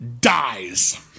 dies